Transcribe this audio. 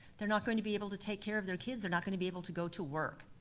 they're not going to be able to take care of their kids, they're not gonna be able to go to work.